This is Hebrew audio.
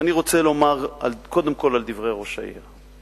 אני רוצה לומר קודם כול על דברי ראש העיר.